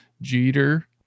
Jeter